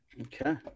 okay